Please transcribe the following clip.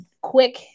quick